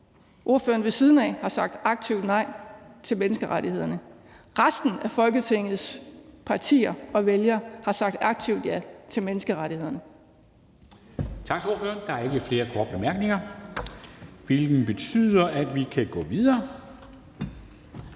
ordføreren ved siden af har sagt aktivt nej til menneskerettighederne. Resten af Folketingets partier og deres vælgere har sagt aktivt ja til menneskerettighederne.